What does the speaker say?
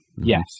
Yes